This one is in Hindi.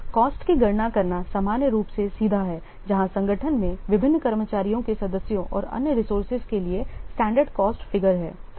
कॉस्ट की गणना करना सामान्य रूप से सीधा है जहां संगठन में विभिन्न कर्मचारियों के सदस्यों और अन्य रिसोर्सेज के लिए स्टैंडर्ड कॉस्ट फिगर हैं